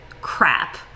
crap